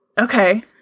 Okay